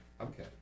Okay